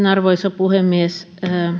arvoisa puhemies